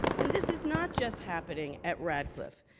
and this is not just happening at radcliffe.